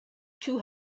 too